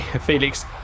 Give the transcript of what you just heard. Felix